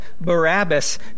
Barabbas